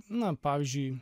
na pavyzdžiui